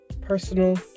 personal